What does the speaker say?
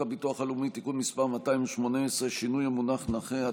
הביטוח הלאומי (תיקון מס' 218) (שינוי המונח נכה),